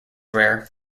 rare